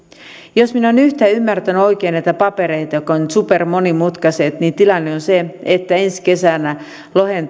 jos olen yhtään ymmärtänyt oikein näitä papereita jotka ovat supermonimutkaiset niin tilanne on se että ensi kesänä lohen